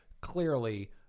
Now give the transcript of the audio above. clearly